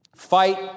Fight